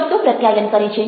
શબ્દો પ્રત્યાયન કરે છે